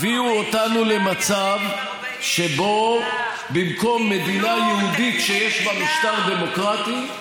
הביאו אותנו למצב שבו במקום מדינה יהודית שיש בה משטר דמוקרטי,